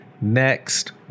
next